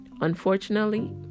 Unfortunately